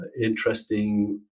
interesting